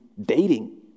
dating